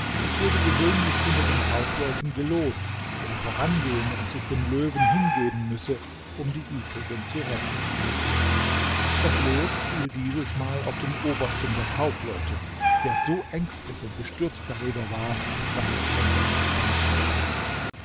es wurde gewöhnlich unter den kaufleuten gelost wer vorangehen und sich dem löwen hingeben müsse um die übrigen zu retten das los fiel dieses mal auf den obersten der kaufleute der so ängstlich und bestürzt darüber war daß er schon sein testament machte